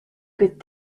good